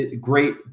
great